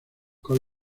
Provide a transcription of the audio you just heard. con